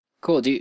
Cool